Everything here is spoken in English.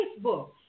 Facebook